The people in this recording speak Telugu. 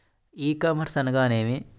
ఈ కామర్స్ అనగా నేమి?